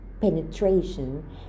penetration